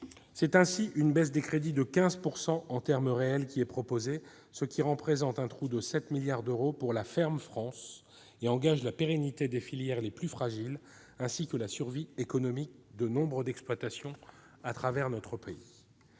attaché, une baisse des crédits de 15 % en termes réels est proposée, ce qui représente un trou de 7 milliards d'euros pour la « ferme France » et engage la pérennité des filières les plus fragiles, ainsi que la survie économique de nombre d'exploitations à travers notre pays.